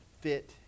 fit